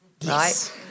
Yes